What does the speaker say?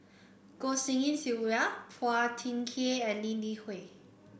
Goh Tshin En Sylvia Phua Thin Kiay and Lee Li Hui